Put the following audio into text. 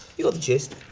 you have the gist.